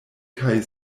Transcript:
kaj